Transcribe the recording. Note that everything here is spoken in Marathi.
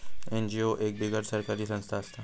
एन.जी.ओ एक बिगर सरकारी संस्था असता